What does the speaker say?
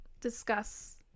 discuss